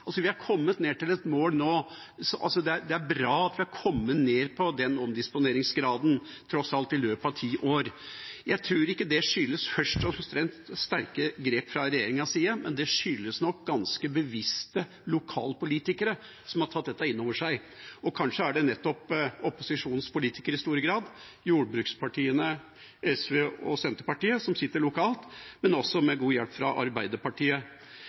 Det er bra at vi tross alt i løpet av ti år har kommet ned til den omdisponeringsgraden. Jeg tror ikke det først og fremst skyldes sterke grep fra regjeringas side. Det skyldes nok ganske bevisste lokalpolitikere som har tatt dette innover seg. Kanskje er det nettopp opposisjonspolitikere lokalt – jordbrukspartiene SV og Senterpartiet, med ganske god hjelp fra Arbeiderpartiet – som